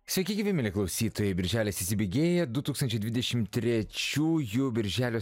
sveiki gyvi mieli klausytojai birželis įsibėgėja du tūkstančiai dvidešim trečiųjų birželio